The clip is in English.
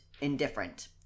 indifferent